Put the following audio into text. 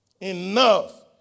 Enough